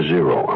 Zero